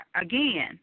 again